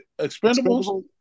Expendables